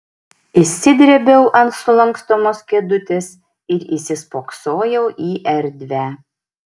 išsidrėbiau ant sulankstomos kėdutės ir įsispoksojau į erdvę